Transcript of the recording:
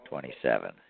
Twenty-seven